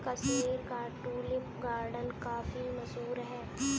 कश्मीर का tulip garden काफी मशहूर है